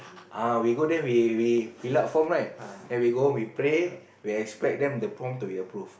ah we go there we we fill up form right then we go home we pray we expect them the form to be approved